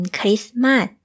Christmas